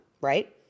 right